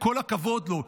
כל הכבוד לו,